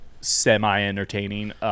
semi-entertaining